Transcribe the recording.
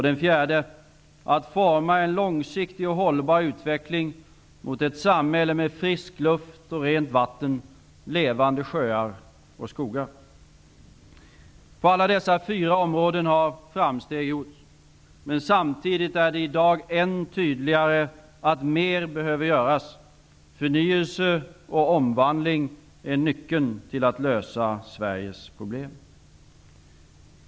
Den fjärde uppgiften var att forma en långsiktig och hållbar utveckling mot ett samhälle med frisk luft och rent vatten, levande sjöar och skogar. På alla dessa fyra områden har framsteg gjorts. Men samtidigt är det i dag än tydligare att mer behöver göras. Förnyelse och omvandling är nyckeln till att lösa Sveriges problem.